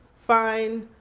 fine,